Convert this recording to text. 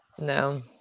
No